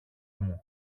μου